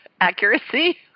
accuracy